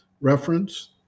Reference